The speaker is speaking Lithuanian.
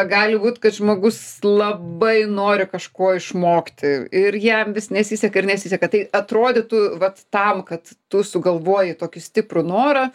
gali būt kad žmogus labai nori kažko išmokti ir jam vis nesiseka ir nesiseka tai atrodytų vat tam kad tu sugalvojai tokį stiprų norą